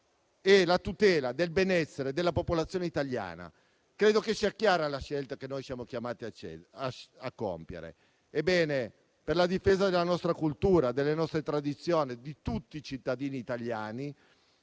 è la tutela del benessere della popolazione italiana e credo sia chiara la scelta che noi siamo chiamati a compiere. Ebbene, per la difesa della nostra cultura e delle tradizioni di tutti i cittadini italiani,